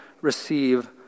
receive